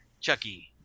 Chucky